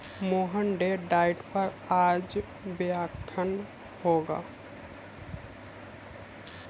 Mohan date diet पर आज व्याख्यान होगा